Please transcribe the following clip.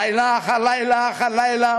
לילה אחר לילה אחר לילה.